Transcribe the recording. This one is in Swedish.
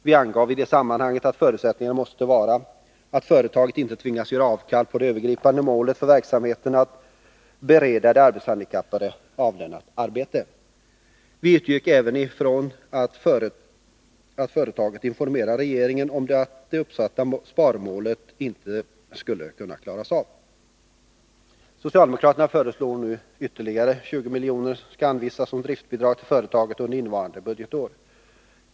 Vi angav i det sammanhanget att förutsättningen måste vara att företaget inte tvingas göra avkall på det övergripande målet för verksamheten, dvs. att bereda de arbetshandikappade avlönat arbete. Vi utgick även från att företaget informerar regeringen om det uppsatta sparmålet inte skulle kunna nås. Socialdemokraterna föreslår nu att ytterligare 20 milj.kr. anvisas som driftsbidrag till företaget under innevarande budgetår.